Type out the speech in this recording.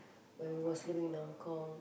when I was living in Hong Kong